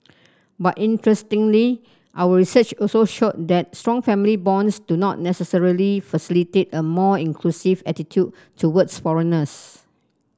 but interestingly our research also showed that strong family bonds do not necessarily facilitate a more inclusive attitude towards foreigners